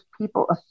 people